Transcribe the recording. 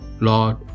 LORD